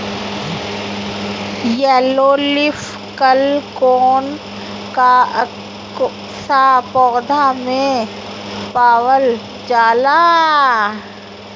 Yellow leaf कल कौन सा पौधा में पावल जाला?